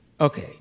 Okay